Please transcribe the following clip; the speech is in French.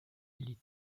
les